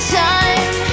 time